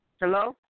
Hello